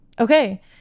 okay